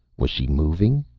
was she moving?